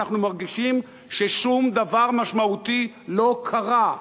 אנחנו מרגישים ששום דבר משמעותי לא קרה,